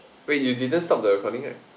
wait you didn't stop the recording right